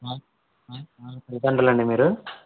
మీరు